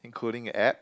including abs